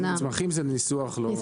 צמחים זה ניסוח לא.